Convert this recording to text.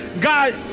God